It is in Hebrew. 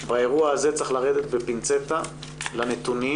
שבאירוע הזה צריך לרדת בפינצטה לנתונים,